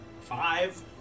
Five